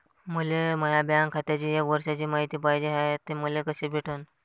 मले माया बँक खात्याची एक वर्षाची मायती पाहिजे हाय, ते मले कसी भेटनं?